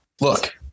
look